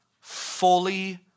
fully